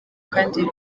kandi